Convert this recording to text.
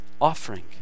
offering